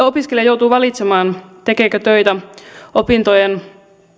opiskelija joutuu valitsemaan tekeekö töitä opintojen